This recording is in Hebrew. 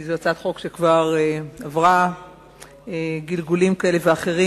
זאת הצעת חוק שכבר עברה גלגולים כאלה ואחרים.